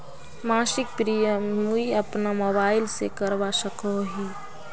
मासिक प्रीमियम मुई अपना मोबाईल से करवा सकोहो ही?